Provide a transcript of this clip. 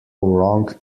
wrong